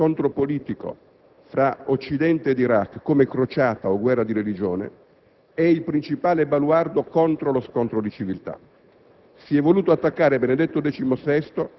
e si è opposto ad ogni lettura dello scontro politico fra Occidente ed Iraq come crociata o guerra di religione, è il principale baluardo contro lo scontro delle civiltà.